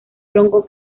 tronco